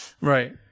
Right